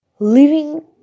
Living